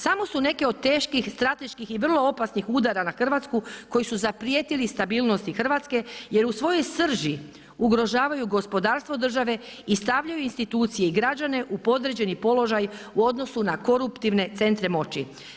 Samo su neke od teških strateških i vrlo opasnih udara na Hrvatsku koji su zaprijetili stabilnosti Hrvatske jer u svojoj srži ugrožavaju gospodarstvo države i stavljaju institucije i građane u podređeni položaj u odnosu na koruptivne centre moći.